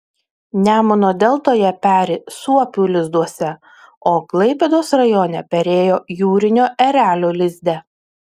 nemuno deltoje peri suopių lizduose o klaipėdos rajone perėjo jūrinio erelio lizde